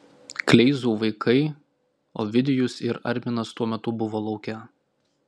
kleizų vaikai ovidijus ir arminas tuo metu buvo lauke